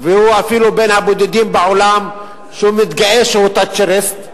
והוא אפילו בין הבודדים בעולם שמתגאה שהוא תאצ'ריסט.